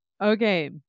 Okay